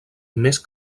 més